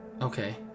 okay